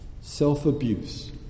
self-abuse